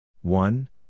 one